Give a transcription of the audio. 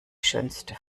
schönste